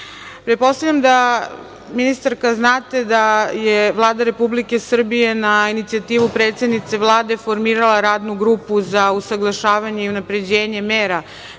kreću. Pretpostavljam da, ministarka, znate da je Vlada Republike Srbije na inicijativu predsednice Vlade formirala radnu grupu za usaglašavanje i unapređenje mera